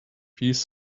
piece